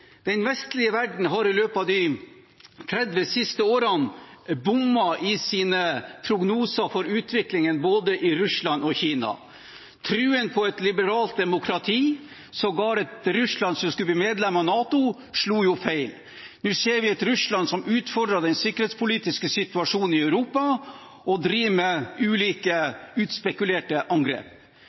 Den vestlige verden har i løpet av de 30 siste årene bommet i sine prognoser for utviklingen både i Russland og i Kina. Troen på et liberalt demokrati, sågar et Russland som skulle bli medlem av NATO, slo feil. Nå ser vi et Russland som utfordrer den sikkerhetspolitiske situasjonen i Europa og driver med ulike utspekulerte angrep.